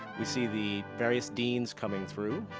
we see the various deans coming through.